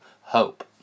Hope